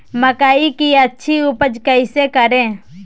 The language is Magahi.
मकई की अच्छी उपज कैसे करे?